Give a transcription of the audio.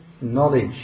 knowledge